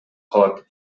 калат